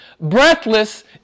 breathless